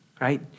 right